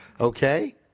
Okay